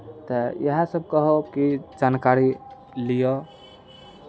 तऽ इएह सभ कहब कि जानकारी लिअ